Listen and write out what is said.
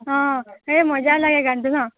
অঁ এই মজা লাগে গানটো ন